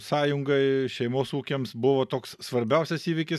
sąjungai šeimos ūkiams buvo toks svarbiausias įvykis